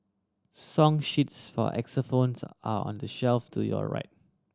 song sheets for xylophones are are on the shelf to your right